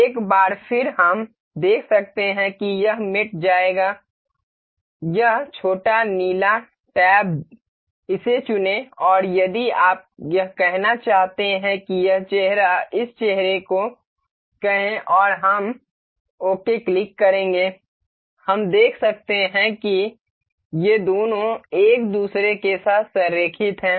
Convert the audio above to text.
एक बार फिर हम देख सकते हैं कि यह मेट जाएगा यह छोटा नीला टैब इसे चुनें और यदि आप यह कहना चाहते हैं कि यह चेहरा इस चेहरे को कहें और हम ओके क्लिक करेंगे हम देख सकते हैं कि ये दोनों एक दूसरे के साथ संरेखित हैं